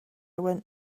went